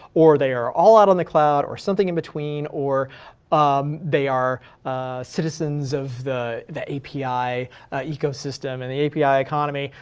or they are all out on the cloud or something in between, or um they are citizens of the the api ecosystem and the api economy,